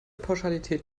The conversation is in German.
pauschalität